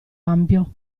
ampio